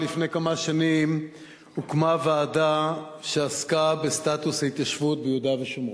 לפני כמה שנים הוקמה ועדה שעסקה בסטטוס ההתיישבות ביהודה ושומרון.